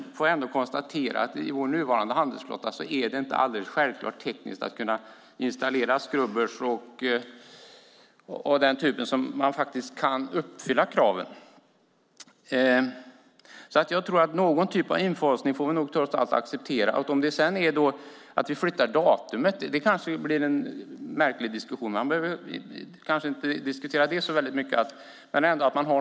Man får dock konstatera att det i vår nuvarande handelsflotta inte är alldeles självklart att man tekniskt kan installera skrubbrar och annat för att faktiskt kunna uppfylla kraven. Någon typ av infasning tror jag att vi trots allt måste acceptera. Det kan bli en märklig diskussion om den ska handla om att flytta datumet; man behöver kanske inte diskutera det så mycket.